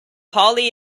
holly